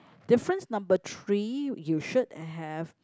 difference number three you should have